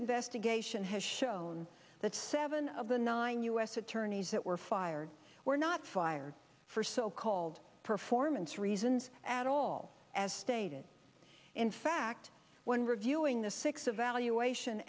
investigation has shown that seven of the nine u s attorneys that were fired were not fired for so called performance reasons at all as stated in fact when reviewing the six evaluation